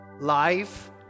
life